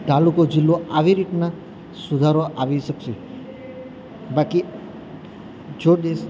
તાલુકો જિલ્લો આવી રીતના સુધારો આવી શકસે બાકી જો દેશ